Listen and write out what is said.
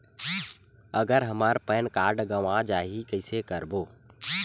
अगर हमर PAN card गवां जाही कइसे करबो?